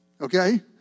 Okay